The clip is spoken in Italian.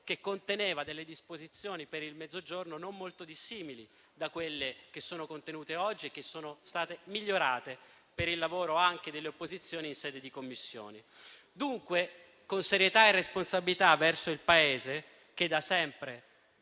che conteneva disposizioni per il Mezzogiorno non molto dissimili da quelle qui contenute oggi e migliorate per il lavoro svolto, anche dalle opposizioni, in sede di Commissioni. Dunque, con la serietà e la responsabilità verso il Paese che da sempre